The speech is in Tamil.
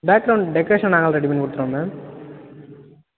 பேக்ரவுண்ட் டெக்கரேஷன் நாங்களே ரெடி பண்ணிக்கொடுத்துருவோம் மேம்